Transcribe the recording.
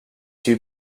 two